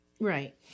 Right